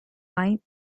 wine